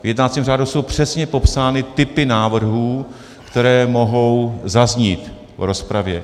V jednacím řádu jsou přesně popsány typy návrhů, které mohou zaznít v rozpravě.